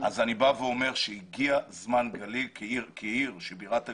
אני אומר שהגיע זמן גליל, כעיר שהיא בירת הגליל,